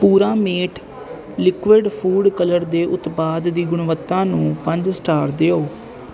Puramate liquid food colour ਦੇ ਉਤਪਾਦ ਦੀ ਗੁਣਵੱਤਾ ਨੂੰ ਪੰਜ ਸਟਾਰ ਦਿਓ